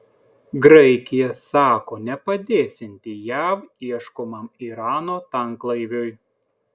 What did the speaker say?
graikija sako nepadėsianti jav ieškomam irano tanklaiviui